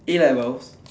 A-levels